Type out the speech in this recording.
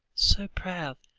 so proud,